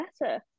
better